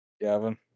Gavin